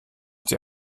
die